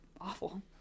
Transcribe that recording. awful